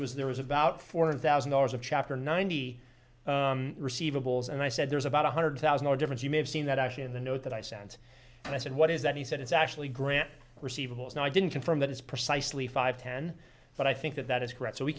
was there was about four hundred thousand dollars of chapter ninety receivables and i said there's about one hundred thousand or different you may have seen that actually in the note that i sent and i said what is that he said it's actually grant receivables and i didn't confirm that it's precisely five ten but i think that that is correct so we